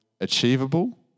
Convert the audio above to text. achievable